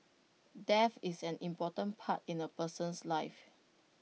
death is an important part in A person's life